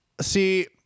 See